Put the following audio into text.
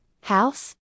House